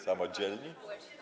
Samodzielni?